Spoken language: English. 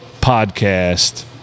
podcast